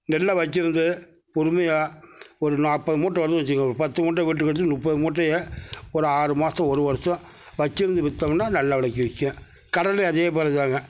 நெல்லை வச்சுருந்து பொறுமையாக ஒரு நாற்பது மூட்டை வருன்னு வச்சுக்கோங்க பத்து மூட்டை முப்பது மூட்டையை ஒரு ஆறு மாதம் ஒரு வருஷம் வச்சுருந்து விற்றோன்னா நல்ல விலைக்கு விற்கும் கடலையும் அதேப்போல்தாங்க